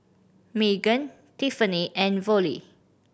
Meaghan Tiffani and Vollie